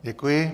Děkuji.